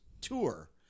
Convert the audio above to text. tour